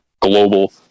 global